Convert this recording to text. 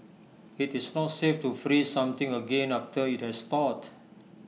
IT is not safe to freeze something again after IT has thawed